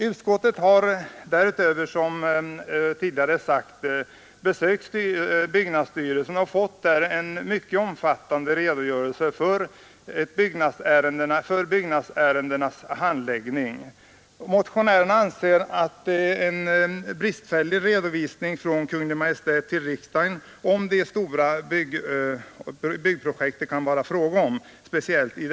Utskottet har, som tidigare sagts, besökt byggnadsstyrelsen och där fått en mycket omfattande redogörelse för byggnadsärendenas handläggning. Motionärerna anser att redovisningen från Kungl. Maj:t till riksdagen om de stora byggprojekt det här kan vara fråga om är bristfällig.